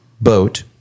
boat